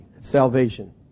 salvation